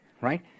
right